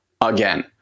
again